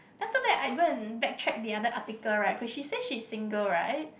then after that I go and back track the other article right which she says she is single right